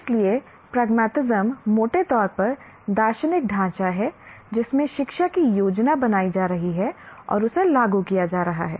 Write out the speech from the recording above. इसलिए प्रगमतिस्म मोटे तौर पर दार्शनिक ढांचा है जिसमें शिक्षा की योजना बनाई जा रही है और उसे लागू किया जा रहा है